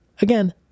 Again